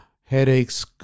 headaches